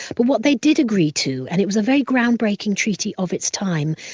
but what they did agree to and it was a very groundbreaking treaty of its time,